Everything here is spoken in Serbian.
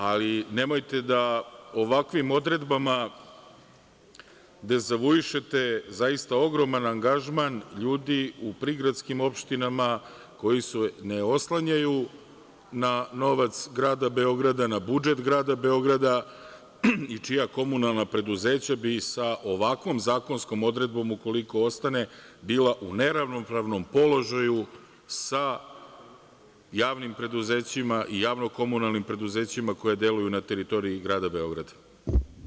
Ali, nemojte da ovakvim odredbama dezavuišete zaista ogroman angažman ljudi u prigradskim opštinama koji se ne oslanjaju na novac grada Beograda, na budžet grada Beograda i čija komunalna preduzeća bi sa ovakvom zakonskom odredbom, ukoliko ostane, bila u neravnopravnom položaju sa javnim preduzećima i javno komunalnim preduzećima koja deluju na teritoriji grada Beograda.